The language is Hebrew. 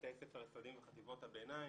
בתי ספר יסודיים וחטיבות הביניים,